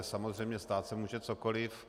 Samozřejmě stát se může cokoli.